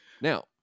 Now